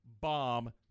bomb